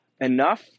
enough